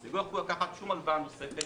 הן לא יוכלו לקחת שום הלוואה נוספת,